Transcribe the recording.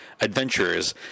adventurers